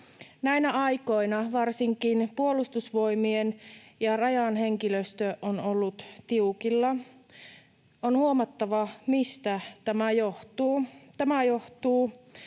Näinä aikoina varsinkin Puolustusvoimien ja Rajan henkilöstö on ollut tiukilla. On huomattava, mistä tämä johtuu. Tämä johtuu